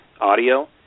audio